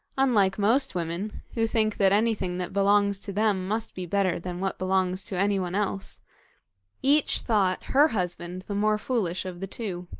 unlike most women who think that anything that belongs to them must be better than what belongs to anyone else each thought her husband the more foolish of the two.